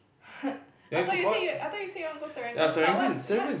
I thought you say you I thought you say you want to go Serangoon but what what